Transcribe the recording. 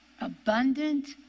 Abundant